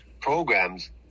programs